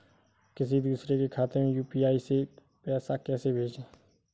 किसी दूसरे के खाते में यू.पी.आई से पैसा कैसे भेजें?